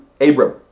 Abram